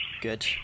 Good